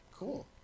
Cool